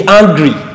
angry